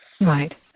Right